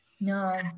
no